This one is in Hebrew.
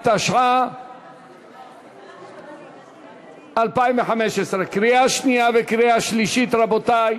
התשע"ו 2015. קריאה שנייה וקריאה שלישית, רבותי.